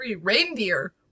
reindeer